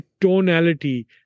tonality